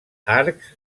arcs